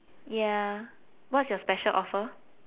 ya what's your special offer